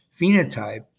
phenotype